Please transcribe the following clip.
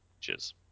Cheers